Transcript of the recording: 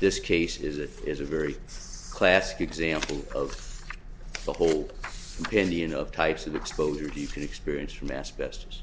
this case is it is a very classic example of the whole indian of types of exposure to experience from asbestos